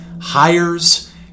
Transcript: hires